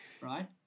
Right